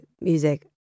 music